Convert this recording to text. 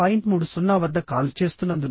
30 వద్ద కాల్ చేస్తున్నందున